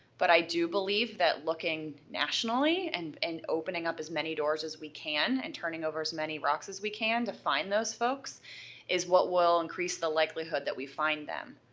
but i do believe that looking nationally and and opening up as many doors as we can and turning over as many rocks as we can to find those folks is what will increase the likelihood that we find them.